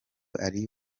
ari